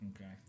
Okay